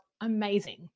amazing